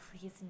please